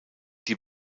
die